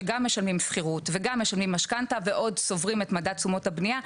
שגם משלמים שכירות וגם משלמים משכנתא ועוד צוברים את מדד תשומות הבנייה,